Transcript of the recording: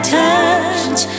touch